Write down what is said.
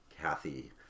Kathy